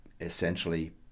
essentially